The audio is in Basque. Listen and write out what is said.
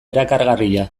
erakargarria